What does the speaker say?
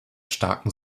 starken